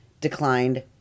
declined